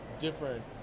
different